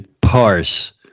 parse